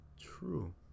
true